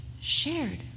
shared